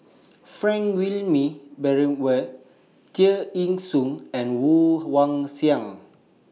Frank Wilmin Brewer Tear Ee Soon and Woon Wah Siang